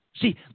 See